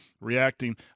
reacting